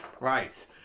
Right